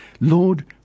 Lord